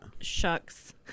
shucks